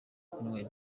kunywera